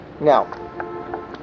now